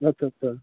আচ্ছা আচ্ছা